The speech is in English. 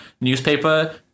newspaper